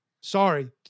Sorry